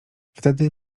wtedy